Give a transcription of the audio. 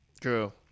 True